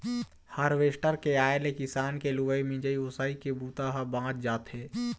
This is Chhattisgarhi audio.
हारवेस्टर के आए ले किसान के लुवई, मिंजई, ओसई के बूता ह बाँच जाथे